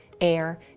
air